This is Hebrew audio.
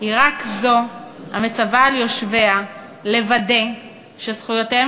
היא רק זו המצווה על יושביה לוודא שזכויותיהם